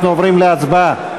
אנחנו עוברים להצבעה.